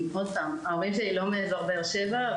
ההורים שלי לא מאזור באר שבע,